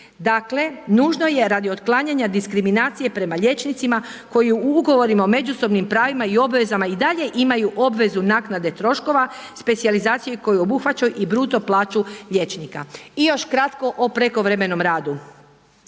Dakle, nužno je radi otklanjanja diskriminacije prema liječnicima koji u ugovorima o međusobnim pravima i obvezama i dalje imaju obvezu naknade troškova, specijalizaciju koju obuhvaćaju i bruto plaću liječnika. I još kratko o prekovremenom radu.